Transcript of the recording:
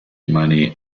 money